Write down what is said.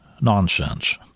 nonsense